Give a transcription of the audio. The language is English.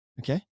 Okay